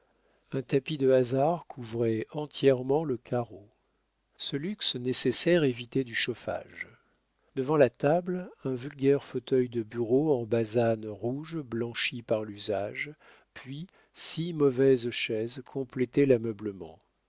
un tapis de hasard couvrait entièrement le carreau ce luxe nécessaire évitait du chauffage devant la table un vulgaire fauteuil de bureau en basane rouge blanchie par l'usage puis six mauvaises chaises complétaient l'ameublement sur la